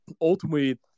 Ultimately